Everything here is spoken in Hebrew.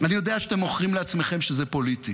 אני יודע שאתם מוכרים לעצמכם שזה פוליטי,